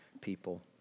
people